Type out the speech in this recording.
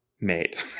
made